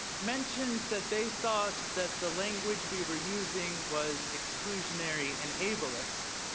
mentioned that they thought that the language we were using was exclusionary and ableist.